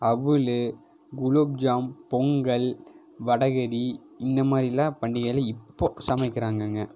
அவலு குலோப்ஜாம் பொங்கல் வடைகறி இன்னமாதிரிலாம் பண்டிகையில் இப்போது சமைக்கிறாங்கங்க